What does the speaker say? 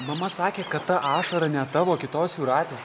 mama sakė kad ta ašara ne tavo o kitos jūratės